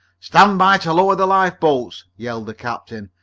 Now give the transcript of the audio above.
stand by to lower the lifeboats! yelled the captain.